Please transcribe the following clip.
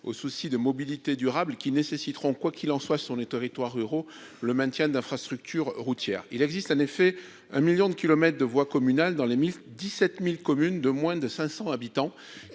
au souci de mobilité durable qui nécessiteront quoi qu'il en soit, ce sont des territoires ruraux, le maintien d'infrastructures routières, il existe en effet un 1000000 de kilomètres de voies communales dans les 1000 17000 communes de moins de 500 habitants